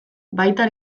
baita